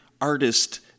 artist